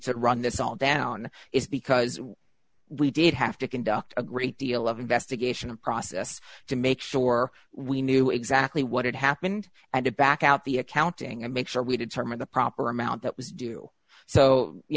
to run this all down is because we did have to conduct a great deal of investigation of process to make sure we knew exactly what had happened and it back out the accounting and make sure we determine the proper amount that was due so you